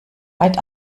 weit